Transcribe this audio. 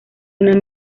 una